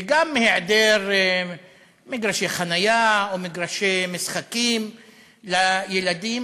וגם מהיעדר מגרשי חניה או מגרשי משחקים לילדים.